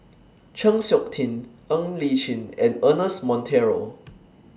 Chng Seok Tin Ng Li Chin and Ernest Monteiro